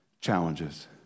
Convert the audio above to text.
Challenges